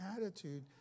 attitude